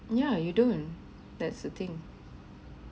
yeah you don't that's the thing